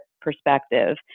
perspective